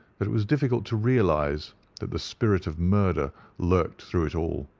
that it was difficult to realize that the spirit of murder lurked through it all.